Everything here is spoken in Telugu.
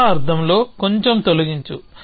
ఆ అర్థంలో కొంచెం తొలగించు